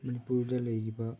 ꯃꯅꯤꯄꯨꯔꯗ ꯂꯩꯔꯤꯕ